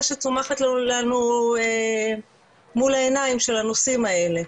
שצומחת לנו מולה העיניים של הנושאים האלה.